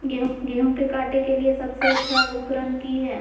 गेहूं के काटे के लिए सबसे अच्छा उकरन की है?